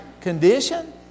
condition